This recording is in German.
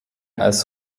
als